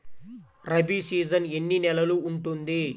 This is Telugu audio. రబీ సీజన్ ఎన్ని నెలలు ఉంటుంది?